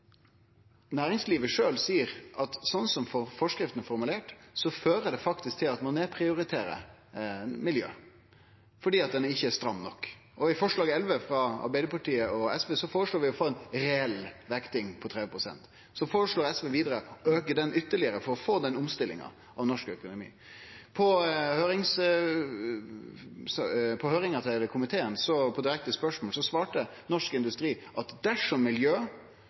næringslivet sjølv seier at slik som forskrifta er formulert, fører det til at ein nedprioriterer miljø, for ho er ikkje stram nok. I forslag nr. 11, frå Arbeidarpartiet og SV, føreslår vi å få ei reell vekting på 30 pst. SV føreslår å auke ho ytterlegare for å få til ei omstilling av norsk økonomi. I høyringa i komiteen svarte Norsk Industri på direkte spørsmål at dersom miljø, kvalitet og seriøsitet blir vekta meir, vil det verke positivt for norsk